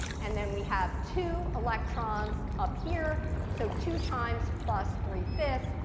and then we have two electrons up here. so two times plus three five,